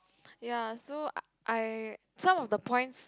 ya so I some of the points